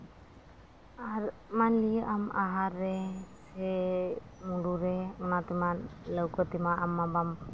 ᱟᱨ ᱢᱟᱱᱞᱤᱭᱟ ᱟᱢ ᱟᱦᱟᱨ ᱨᱮ ᱥᱮ ᱢᱩᱰᱩ ᱨᱮ ᱚᱱᱟᱛᱮᱢᱟ ᱞᱟᱹᱣᱠᱟᱹ ᱛᱮᱢᱟ ᱟᱢ ᱢᱟ ᱵᱟᱢ